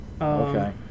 Okay